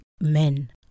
men